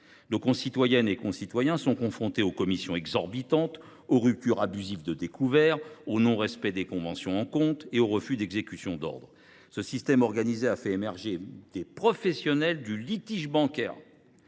Nos concitoyennes et concitoyens sont confrontés aux commissions exorbitantes, aux ruptures abusives d’autorisation de découvert, au non respect des conventions de compte et aux refus d’exécution d’ordre. Ce système organisé a fait émerger des professionnels du litige bancaire